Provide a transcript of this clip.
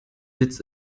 sitz